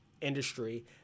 industry